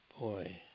Boy